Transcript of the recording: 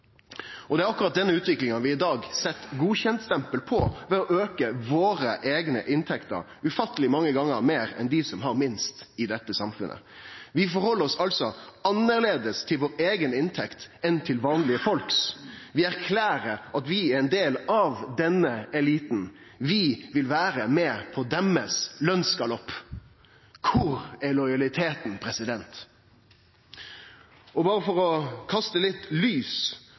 taparar. Det er akkurat denne utviklinga vi set eit godkjent-stempel på i dag ved å auke våre eigne inntekter ufatteleg mange gongar meir enn for dei som har minst i dette samfunnet. Vi ser altså annleis på vår eiga inntekt enn inntekta til vanlege folk. Vi erklærer at vi er ein del av denne eliten. Vi vil vere med på deira lønsgalopp. Kvar er lojaliteten? Berre for å kaste litt lys